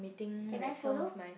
can I follow